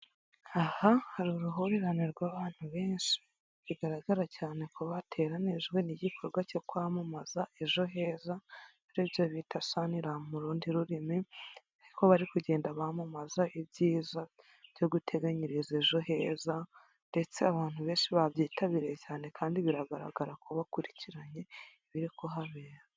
Aha hari uruhurirane rw'abantu benshi bigaragara cyane ko bateranijwe n'igikorwa cyo kwamamaza ejo heza ari byo bita sanira mu rundi rurimi ko bari kugenda bamamaza ibyiza byo guteganyiriza ejo heza ndetse abantu benshi babyitabiye cyane kandi biragaragara ko bakurikiranye ibiri ku habera.